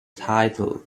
title